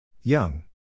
Young